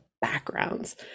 backgrounds